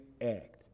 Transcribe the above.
act